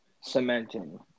cementing